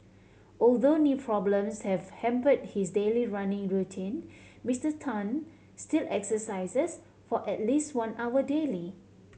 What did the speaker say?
although knee problems have hampered his daily running routine Mister Tan still exercises for at least one hour daily